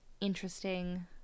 interesting